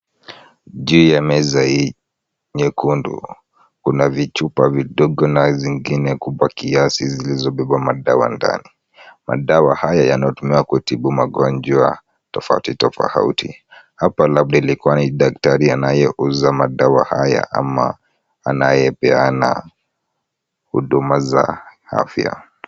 Juu ya meza hii nyekundu kuna vichupa vidogo na zingine kubwa kiasi zilizobeba madawa ndani, madawa haya yanatumiwa kutibu magonjwa tofauti tofauti, hapa labda ilikuwa ni daktari anayeuza madawa haya ama anayepeana huduma za afya.